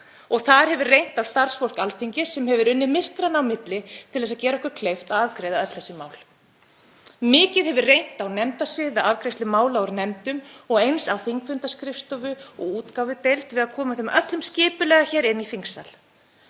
Þar hefur reynt á starfsfólk Alþingis sem hefur unnið myrkranna á milli til að gera okkur kleift að afgreiða öll þessi mál. Mikið hefur reynt á nefndasvið við afgreiðslu mála úr nefndum og eins á þingfundaskrifstofu og útgáfudeild við að koma þeim öllum skipulega hér inn í þingsal.